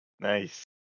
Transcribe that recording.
Nice